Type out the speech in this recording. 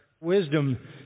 wisdom